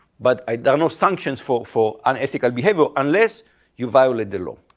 but ah there are no sanctions for for unethical behavior unless you violate the law.